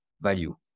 value